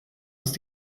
ist